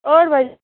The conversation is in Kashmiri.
ٲٹھ بَجے